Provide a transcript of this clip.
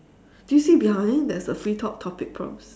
do you see behind there's a free talk topic prompts